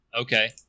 Okay